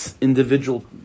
individual